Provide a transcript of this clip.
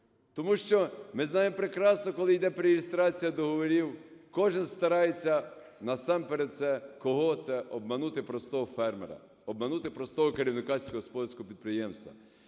Тому що ми знаємо прекрасно, коли іде перереєстрація договорів, кожен старається насамперед кого – це обманути простого фермера, обманути простого керівника сільськогосподарського підприємства.